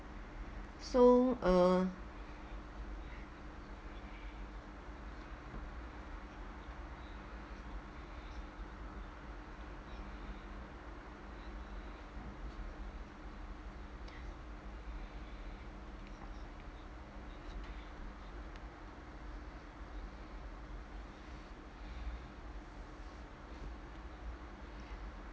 so uh